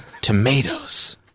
Tomatoes